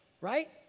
right